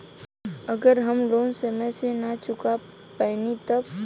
अगर हम लोन समय से ना चुका पैनी तब?